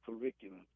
curriculum